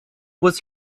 was